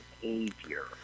behavior